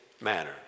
manner